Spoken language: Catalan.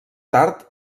tard